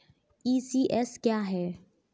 ECS क्या है?